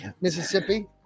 Mississippi